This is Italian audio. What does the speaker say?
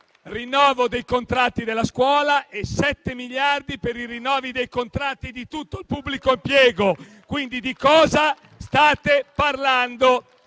rinnovato i contratti della scuola e previsto 7 miliardi per i rinnovi dei contratti di tutto il pubblico impiego, quindi di cosa state parlando?